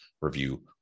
review